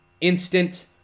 Instant